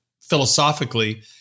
philosophically